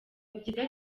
byiza